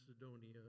Macedonia